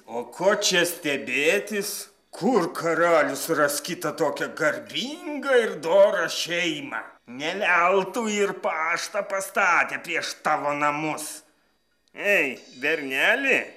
o ko čia stebėtis kur karalius ras kitą tokią garbingą ir dorą šeimą ne veltui ir paštą pastatė prieš tavo namus ei berneli